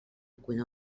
cuina